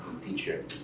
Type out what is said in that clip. teacher